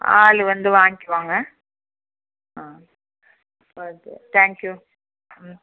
ஆள் வந்து வாங்கிக்குவாங்க ம் ஒகே தேங்க் யூ ம்